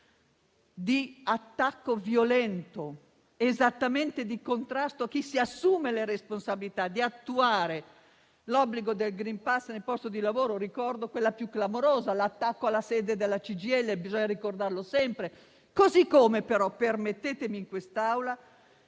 di attacco violento e di contrasto di chi si assume la responsabilità di attuare l'obbligo del *green pass* nel posto di lavoro; ricordo quello più clamoroso, ossia l'attacco alla sede della CGIL (bisogna ricordarlo sempre). Permettetemi in quest'Aula